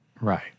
right